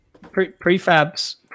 Prefabs